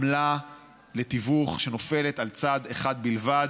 עמלה לתיווך שנופלת על צד אחד בלבד,